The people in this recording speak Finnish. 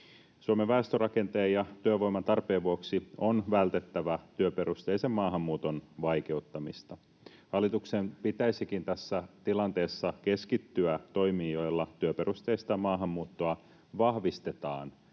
Suomen väestörakenteen ja työvoiman tarpeen vuoksi on vältettävä työperusteisen maahanmuuton vaikeuttamista. Hallituksen pitäisikin tässä tilanteessa keskittyä toimiin, joilla työperusteista maahanmuuttoa vahvistetaan